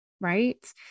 right